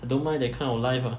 I don't mind that kind of life ah